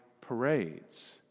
parades